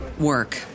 work